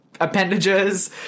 appendages